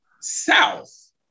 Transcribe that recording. South